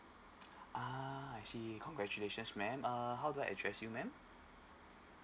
ah I see congratulations ma'am err how do I address you ma'am